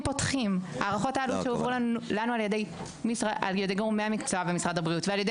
פותחים הערכות עלות שהועברו לנו על-ידי גורמי המקצוע במשרד הבריאות ועל-ידי